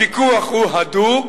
הפיקוח הוא הדוק.